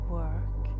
work